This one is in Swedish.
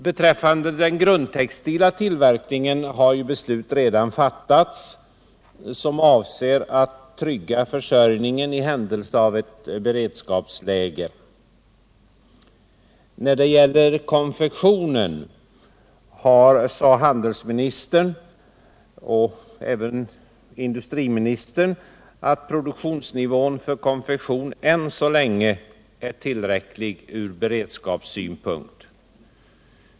Beträffande den grundtextila tillverkningen har beslut redan fattats i avsikt att trygga försörjningen i händelse av ett beredskapsläge. När det gäller konfektionen sade handelsministern och även industriministern att produktionsnivån än så länge är tillräcklig från beredskapssynpunkt.